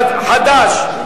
חד"ש,